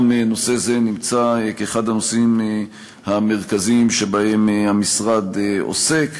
גם נושא זה הוא אחד הנושאים המרכזיים שבהם המשרד עוסק.